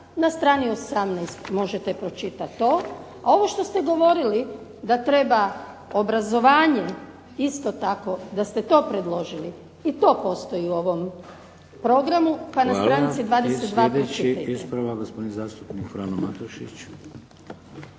na stranici 18 možete pročitat to, a ovo što ste govorili da treba obrazovanjem isto tako da ste to predložili, i to postoji u ovom progrmau, pa na stranici 22 pročitajte. **Šeks, Vladimir (HDZ)** Hvala. Sljedeći ispravak gospodin zastupnik Frano Matušić.